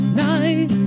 night